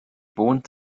wohnt